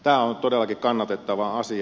tämä on todellakin kannatettava asia